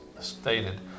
stated